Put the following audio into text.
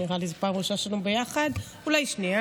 נראה לי שזו פעם ראשונה שלנו ביחד, אולי שנייה.